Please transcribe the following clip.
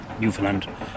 Newfoundland